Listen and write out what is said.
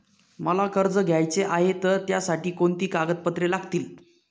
मला कर्ज घ्यायचे आहे तर त्यासाठी कोणती कागदपत्रे लागतील?